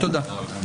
הישיבה נעולה.